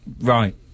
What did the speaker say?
Right